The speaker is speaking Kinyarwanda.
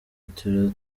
ati